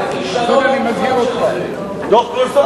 אתה מדבר על דוח-גולסטון?